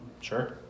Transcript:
Sure